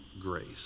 grace